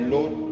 Lord